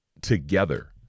Together